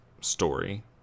story